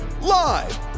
Live